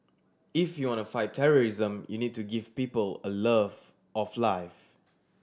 if you want to fight terrorism you need to give people a love of life